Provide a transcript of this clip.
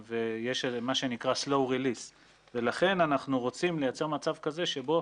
יש מה שנקרא סלאו רליס ולכן אנחנו רוצים לייצר מצב כזה שבו